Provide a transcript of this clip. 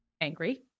angry